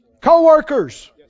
Co-workers